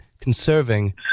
conserving